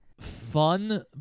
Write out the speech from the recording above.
fun